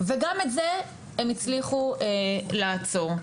וגם את זה הם הצליחו לעצור.